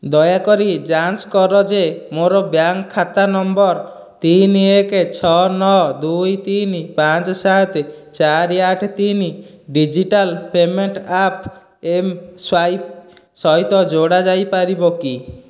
ଦୟାକରି ଯାଞ୍ଚ କର ଯେ ମୋର ବ୍ୟାଙ୍କ୍ ଖାତା ନମ୍ବର ତିନି ଏକ ଛଅ ନଅ ଦୁଇ ତିନି ପାଞ୍ଚେ ସାତେ ଚାରି ଆଠେ ତିନି ଡିଜିଟାଲ ପେମେଣ୍ଟ ଆପ୍ ଏମ୍ସ୍ଵାଇପ୍ ସହିତ ଯୋଡ଼ା ଯାଇପାରିବ କି